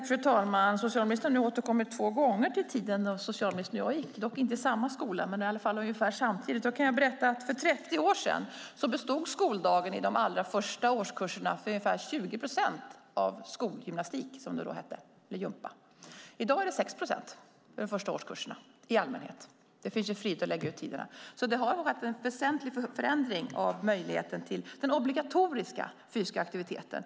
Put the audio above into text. Fru talman! Socialministern har nu återkommit två gånger till tiden då socialministern och jag gick i skolan - dock inte i samma skola men ungefär samtidigt. Jag kan berätta att för 30 år sedan bestod skoldagen i de allra första årskurserna till ungefär 20 procent av skolgymnastik, som det då hette, eller gympa. I dag är det i allmänhet 6 procent för de första årskurserna - det finns frihet att lägga ut tiderna. Det har alltså skett en väsentlig förändring av möjligheten till den obligatoriska fysiska aktiviteten.